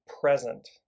present